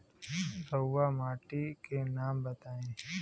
रहुआ माटी के नाम बताई?